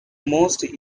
most